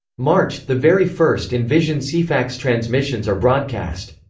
march the very first in-vision ceefax transmissions are broadcast.